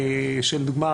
לדוגמה,